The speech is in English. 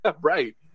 Right